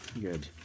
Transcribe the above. good